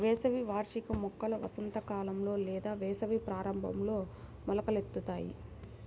వేసవి వార్షిక మొక్కలు వసంతకాలంలో లేదా వేసవి ప్రారంభంలో మొలకెత్తుతాయి